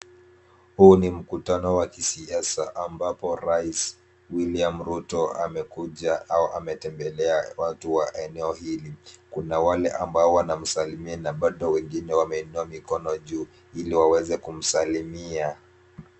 Huu ni mkutano wa kisiasa ambapo rais William Ruto amekuja au ametembelea watu wa eneo hili. Kuna wale mbao wanamsalimia na bado wengine wameinua mikono juu ili waweze kumsalimia.